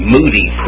Moody